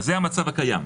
זה המצב הקיים.